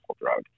drug